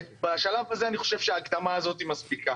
בשלב הזה אני חושב שההקדמה הזאת מספיקה.